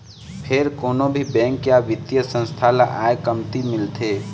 फेर कोनो भी बेंक या बित्तीय संस्था ल आय कमती मिलथे